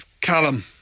Callum